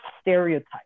stereotype